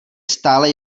stále